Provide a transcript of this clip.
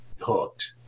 hooked